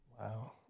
Wow